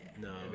No